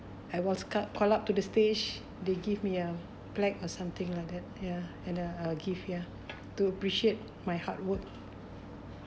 I was cut call up to the stage they give me uh plaque or something like that ya and uh gift yeah to appreciate my hard work